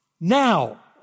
now